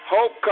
Hope